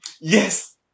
Yes